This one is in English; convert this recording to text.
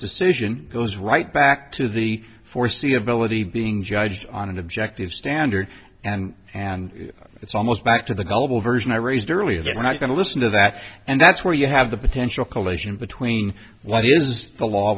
decision goes right back to the foreseeability being judged on an objective standard and and it's almost back to the gullible version i raised earlier that's not going to listen to that and that's where you have the potential collision between what is the law